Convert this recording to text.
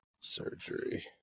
surgery